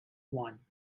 one